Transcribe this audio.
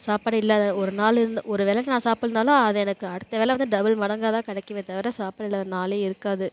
சாப்பாடு இல்லாத ஒரு நாள் இல்லை ஒருவேளை நான் சாப்பிட்லேனாலும் அது எனக்கு அடுத்த வேளை வந்து டபுள் மடங்காகதான் கிடைக்குமே தவிர சாப்பாடு இல்லாத நாளே இருக்காது